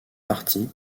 parti